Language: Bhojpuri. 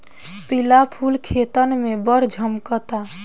पिला फूल खेतन में बड़ झम्कता